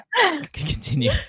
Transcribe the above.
continue